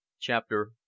Chapter